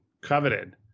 coveted